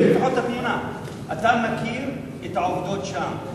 אתה מכיר את העובדות שם,